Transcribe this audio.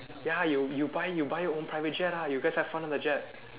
ya you you buy you buy own private jet ah you guys have fun in the jet